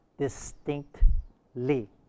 distinctly